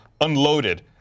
unloaded